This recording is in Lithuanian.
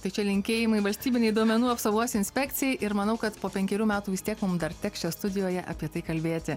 tai čia linkėjimai valstybinei duomenų apsaugos inspekcijai ir manau kad po penkerių metų vis tiek mum dar teks čia studijoje apie tai kalbėti